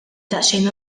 daqsxejn